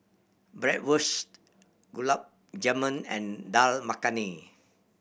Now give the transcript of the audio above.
Bratwurst Gulab Jamun and Dal Makhani